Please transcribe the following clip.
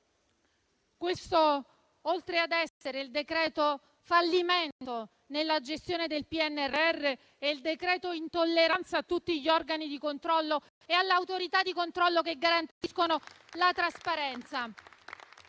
Questo, oltre ad essere il decreto fallimento nella gestione del PNRR, è il decreto intolleranza verso tutti gli organi di controllo e le autorità di controllo che garantiscono la trasparenza.